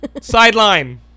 sideline